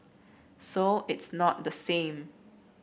so it's not the same